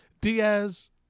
Diaz